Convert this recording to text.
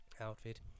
outfit